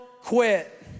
quit